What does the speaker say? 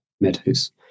Meadows